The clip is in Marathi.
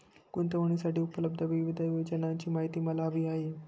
गुंतवणूकीसाठी उपलब्ध विविध योजनांची माहिती मला हवी आहे